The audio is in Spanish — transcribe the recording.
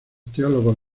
teólogos